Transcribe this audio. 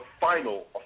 final